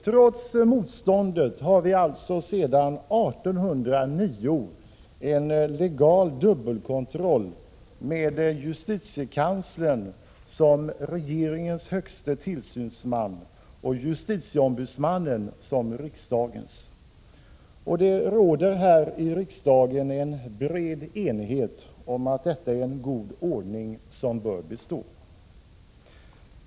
Trots motståndet har vi alltså sedan 1809 en legal dubbelkontroll med justitiekanslern som regeringens högste tillsynsman och justitieombudsman nen som riksdagens. Det råder här i riksdagen en bred enighet om att detta är en god ordning som bör bestå.